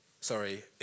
sorry